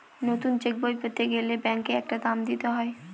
নতুন চেকবই পেতে গেলে ব্যাঙ্কে একটা দাম দিতে হয়